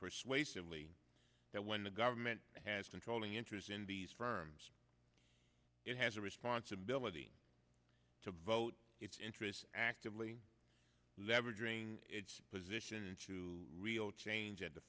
persuasively that when the government has controlling interest in these firms it has a responsibility to vote its interests actively leveraging its position into real change at the